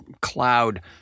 cloud